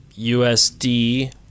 USD